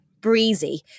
breezy